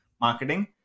marketing